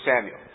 Samuel